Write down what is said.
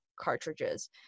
cartridges